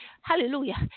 Hallelujah